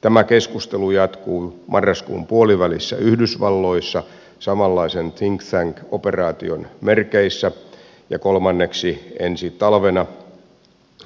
tämä keskustelu jatkuu marraskuun puolivälissä yhdysvalloissa samanlaisen think tank operaation merkeissä ja kolmanneksi